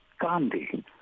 Gandhi